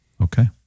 okay